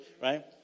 right